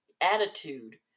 attitude